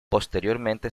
posteriormente